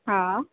हा